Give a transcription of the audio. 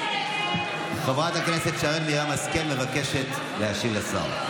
חברת הכנסת שרן מרים השכל מבקשת להשיב לשר,